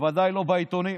בוודאי לא בעיתונים.